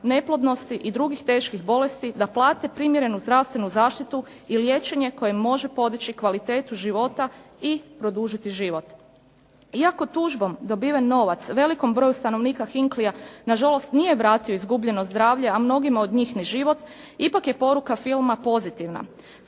neplodnosti i drugih teških bolesti, da plate primjerenu zdravstvenu zaštitu i liječenje koje može podići kvalitetu života i produžiti život. Iako tužbom dobiven novac velikom broju stanovnika Hinkley na žalost nije vratio izgubljeno zdravlje, a mnogima od njih ni živo, ipak je poruka filma pozitivna.